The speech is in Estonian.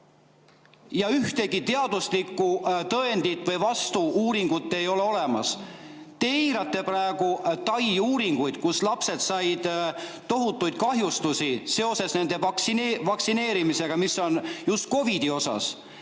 Ühtegi teaduslikku tõendit või vastu‑uuringut ei ole olemas. Te eirate praegu Tai uuringut, kus lapsed said tohutuid kahjustusi seoses nende vaktsineerimisega just COVID‑i vastu.